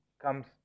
comes